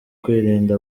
kwirinda